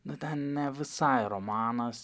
nu ten ne visai romanas